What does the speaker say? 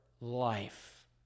life